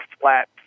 flat